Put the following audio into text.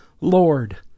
Lord